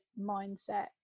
mindset